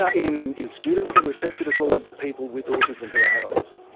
ah in in students that we've tested, as well as people with autism who are adults.